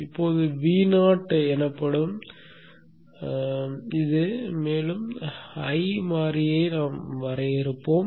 இப்போது Vo எனப்படும் மேலும் 1 மாறியை வரையறுப்போம்